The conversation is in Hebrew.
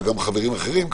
וגם חברים אחרים,